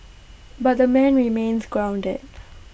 but the man remains grounded